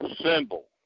symbol